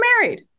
married